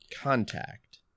contact